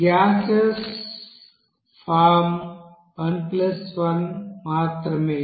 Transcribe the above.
కాబట్టి gaseous form 11 మాత్రమే